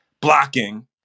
blocking